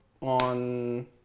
on